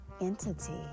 entity